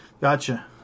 Gotcha